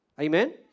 Amen